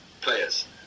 players